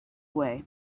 way